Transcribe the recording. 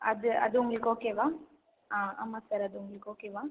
அது அது உங்களுக்கு ஓகேவா ஆமாம் ஆமாம் சார் அது உங்களுக்கு ஓகேவா